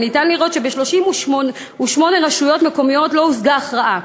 אפשר לראות שב-38 רשויות מקומיות לא הושגה הכרעה.